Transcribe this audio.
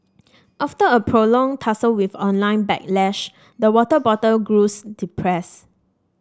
after a prolonged tussle with online backlash the water bottle grows depressed